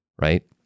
right